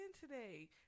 today